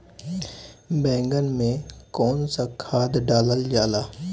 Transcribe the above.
बैंगन में कवन सा खाद डालल जाला?